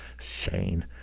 Shane